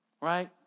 right